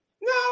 No